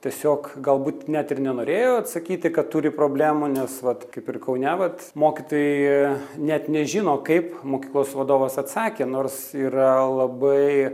tiesiog galbūt net ir nenorėjo atsakyti kad turi problemų nes vat kaip ir kaune vat mokytojai net nežino kaip mokyklos vadovas atsakė nors yra labai